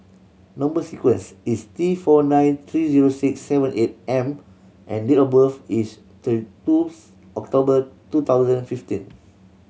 number sequence is T four nine three zero six seven eight M and date of birth is twos October two thousand fifteen